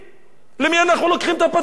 למי אנחנו לוקחים את פת הלחם?